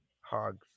Hogs